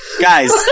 Guys